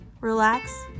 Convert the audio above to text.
relax